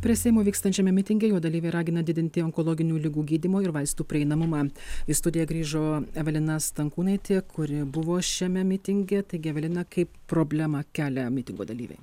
prie seimo vykstančiame mitinge jo dalyviai ragina didinti onkologinių ligų gydymo ir vaistų prieinamumą į studiją grįžo evelina stankūnaitė kuri buvo šiame mitinge taigi evelina kaip problemą kelia mitingo dalyviai